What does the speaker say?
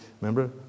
remember